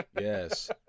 yes